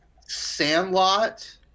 Sandlot